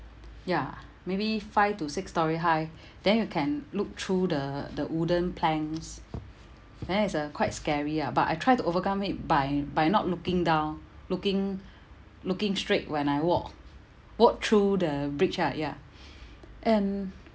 ya maybe five to six-storey high then you can look through the the wooden planks then it's uh quite scary ah but I try to overcome it by by not looking down looking looking straight when I walk walk through the bridge ah ya and